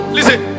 Listen